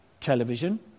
television